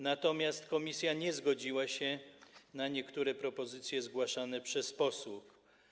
Natomiast komisja nie zgodziła się na niektóre propozycje zgłaszane przez posłów.